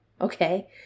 Okay